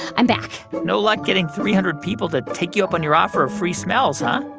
i'm back no luck getting three hundred people to take you up on your offer of free smells, huh?